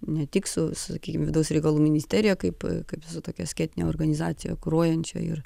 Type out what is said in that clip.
ne tik su sakykim vidaus reikalų ministerija kaip kaip su tokia skėtine organizacija kuruojančia ir